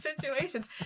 situations